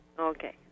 Okay